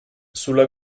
sulla